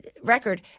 record